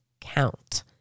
count